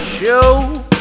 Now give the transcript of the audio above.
show